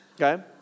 okay